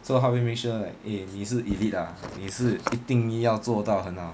so how do we make sure like eh 你是 elite ah 你是一定要做到很好